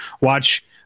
watch